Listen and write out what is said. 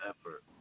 effort